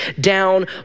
down